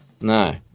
no